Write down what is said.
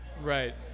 Right